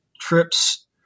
trips